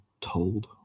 told